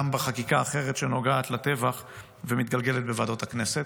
בחקיקה אחרת שנוגעת לטבח ומתגלגלת בוועדות הכנסת.